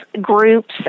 groups